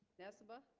nessebar